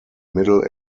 middle